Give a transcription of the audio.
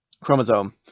chromosome